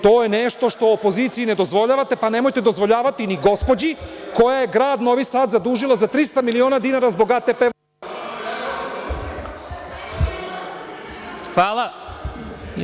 To je nešto to opoziciji nedozvoljavate, pa nemojte dozvoljavati ni gospođi koja je grad Novi Sad zadužila za 300 miliona dinara. [[Isključen mikrofon.]] (Maja Gojković: Povreda Poslovnika.